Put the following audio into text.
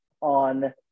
on